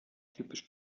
typisch